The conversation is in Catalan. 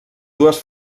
dues